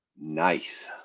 nice